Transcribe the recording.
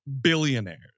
billionaires